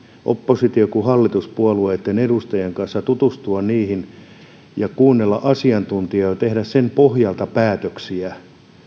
oppositio kuin hallituspuolueitten edustajien kanssa tutustua niihin seikkoihin ja kuunnella asiantuntijoita ja tehdä sen pohjalta päätöksiä